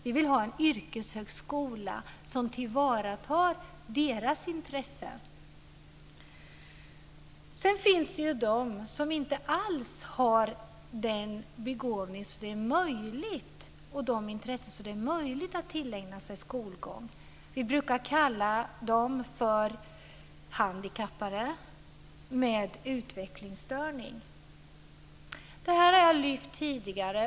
Vi vill ha en yrkeshögskola som tillvaratar deras intressen. Sedan finns det också de som inte alls har den begåvning och de intressen som gör det möjligt att tillägna sig skolgång. Vi brukar kalla dem för handikappade med utvecklingsstörning. Det har jag lyft fram tidigare.